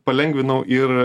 palengvinau ir